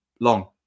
Long